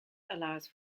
allows